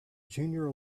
junior